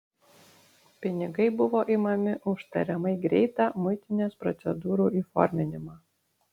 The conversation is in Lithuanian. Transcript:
pinigai buvo imami už tariamai greitą muitinės procedūrų įforminimą